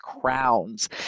crowns